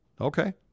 Okay